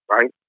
right